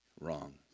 wrong